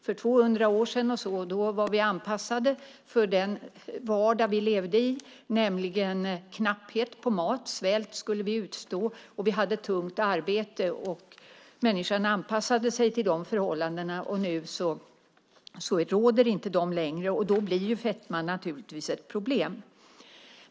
För 200 år sedan var vi anpassade för den vardag som vi levde i med knapphet på mat. Vi skulle utstå svält, och vi hade tungt arbete. Människan anpassade sig till dessa förhållanden. Nu råder inte dessa förhållanden längre. Då blir fetman naturligtvis ett problem.